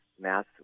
Mass